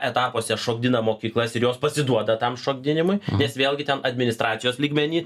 etapuose šokdina mokyklas ir jos pasiduoda tam šokdinimui nes vėlgi ten administracijos lygmeny